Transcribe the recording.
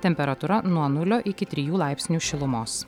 temperatūra nuo nulio iki trijų laipsnių šilumos